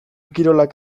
kirolak